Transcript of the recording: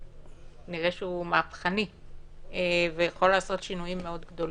נראה שהוא מהפכני ויכול לעשות שינויים מאוד גדולים.